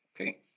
okay